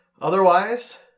Otherwise